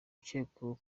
ukekwaho